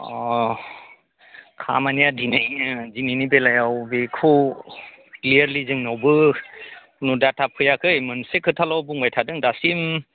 अ खामानिया दिनै ओ दिनैनि बेलायाव बेखौ क्लियारलि जोंनावबो मुदाथा फैयाखै मोनसे खोथाल' बुंबाय थादों दासिम